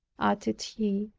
added he,